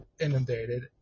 inundated